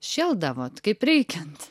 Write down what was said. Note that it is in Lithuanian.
šėldavot kaip reikiant